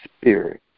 spirit